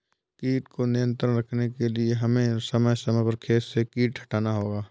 कीट को नियंत्रण रखने के लिए हमें समय समय पर खेत से कीट हटाना होगा